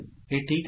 हे ठीक आहे का